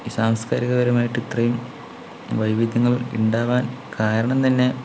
സംസാകാരികപരമായിട്ട് ഇത്രയും വൈവിധ്യങ്ങൾ ഉണ്ടാകാൻ കാരണം തന്നെ